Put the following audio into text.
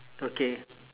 okay